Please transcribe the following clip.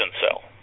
cell